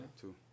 two